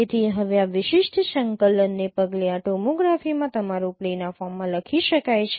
તેથી હવે આ વિશિષ્ટ સંકલનને પગલે આ ટોમોગ્રાફીમાં તમારું પ્લેન આ ફોર્મમાં લખી શકાય છે